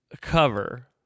cover